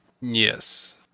Yes